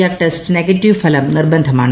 R ടെസ്റ്റ്ക്ന്ഗറ്റീവ് ഫലം നിർബന്ധമാണ്